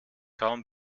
kaum